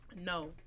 No